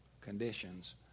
conditions